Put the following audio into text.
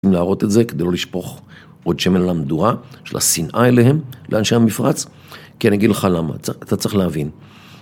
להראות את זה כדי לא לשפוך עוד שמן על המדורה של השנאה אליהם, לאנשי המפרץ, כי אני אגיד לך למה, אתה צריך להבין